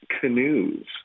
canoes